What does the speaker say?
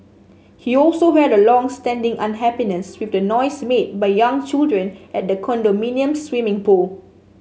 he also had a long standing unhappiness with the noise made by young children at the condominium's swimming pool